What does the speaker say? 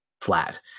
flat